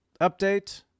Update